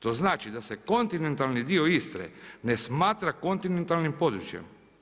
To znači da se kontinentalni dio Istre ne smatra kontinentalnim područjem.